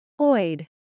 Oid